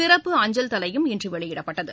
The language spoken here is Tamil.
சிறப்பு அஞ்சல் தலையும் இன்று வெளியிடப்பட்டது